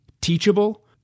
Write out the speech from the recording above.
teachable